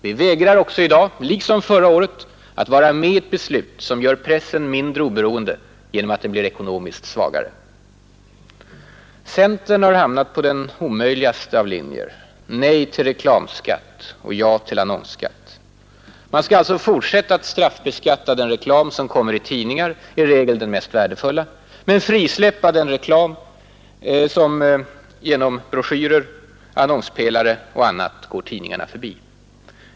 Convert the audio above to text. Vi vägrar också i dag, liksom förra året, att vara med i ett beslut som gör pressen mindre oberoende genom att den blir ekonomiskt svagare. Centern har hamnat på den omöjligaste av linjer: nej till reklamskatt och ja till annonsskatt. Man skall alltså fortsätta att straffbeskatta den reklam som kommer i tidningar — i regel den mest värdefulla — men frisläppa den reklam som genom broschyrer, annonspelare och annat går tidningarna förbi.